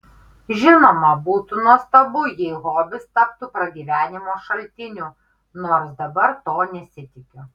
žinoma būtų nuostabu jei hobis taptų pragyvenimo šaltiniu nors dabar to nesitikiu